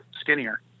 skinnier